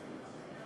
שינויים